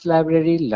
Library